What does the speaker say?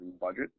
budget